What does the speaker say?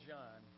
John